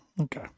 okay